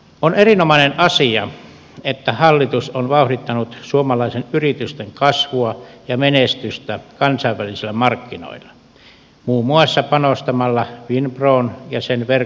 on erinomainen asia että hallitus on vauhdittanut suomalaisten yritysten kasvua ja menestystä kansainvälisillä markkinoilla muun muassa panostamalla finpron ja sen verkoston kehittämiseen